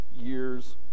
years